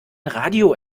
radio